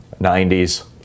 90s